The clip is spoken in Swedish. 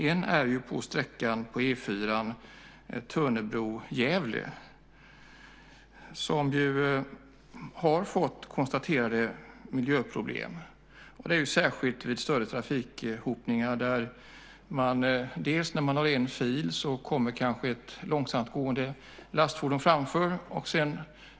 En vägstump gäller E 4:an mellan Tönnebro och Gävle där miljöproblemen har ökat, särskilt vid större trafikanhopningar. När vägen bara har en fil kan man hamna bakom ett lastfordon som kör långsamt.